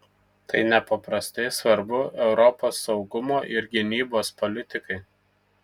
tai nepaprastai svarbu europos saugumo ir gynybos politikai